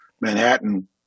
Manhattan